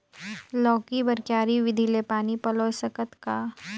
लौकी बर क्यारी विधि ले पानी पलोय सकत का?